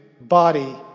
body